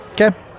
Okay